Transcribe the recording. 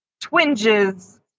twinges